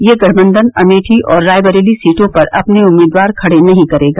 यह गठबंधन अमेठी और रायबरेली सीटों पर अपने उम्मीदवार खड़े नहीं करेगा